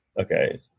Okay